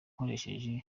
nkoresheje